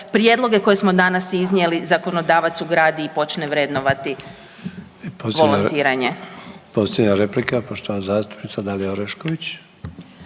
prijedloge koje smo danas iznijeli, zakonodavac ugradi i počne vrednovati volontiranje. **Sanader, Ante (HDZ)** I posljednja replika poštovana zastupnica Dalija Orešković.